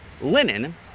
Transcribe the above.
linen